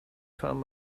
found